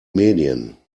medien